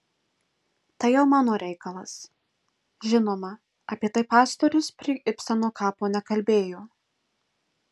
tai jau mano reikalas žinoma apie tai pastorius prie ibseno kapo nekalbėjo